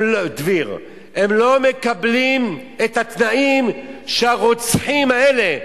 הם לא מקבלים את התנאים שהרוצחים האלה,